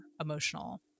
emotional